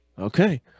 Okay